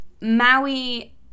Maui